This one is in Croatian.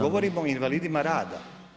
Govorim o invalidima rada.